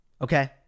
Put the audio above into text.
Okay